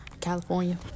California